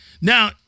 Now